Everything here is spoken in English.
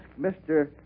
mr